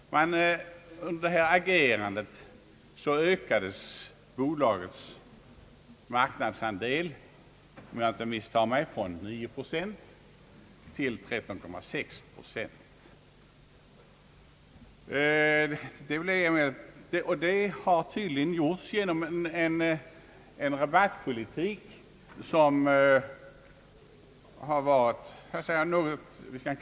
Under detta agerande ökades bolagets marknadsandel, om jag inte missminner mig från 9 procent till 13,6 procent. Det skedde tydligen genom en rabattpolitik som man kan kalla något frikostig.